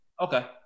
Okay